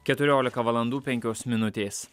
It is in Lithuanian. keturiolika valandų penkios minutės